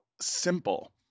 simple